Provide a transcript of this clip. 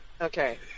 Okay